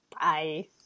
Bye